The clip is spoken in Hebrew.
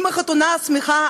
עם החתונה השמחה,